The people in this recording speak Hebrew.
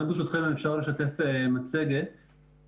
אני ממנהל התשתיות במשרד התחבורה, באגף התכנון.